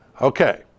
Okay